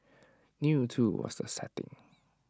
new too was the setting